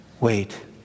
wait